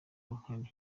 uruhare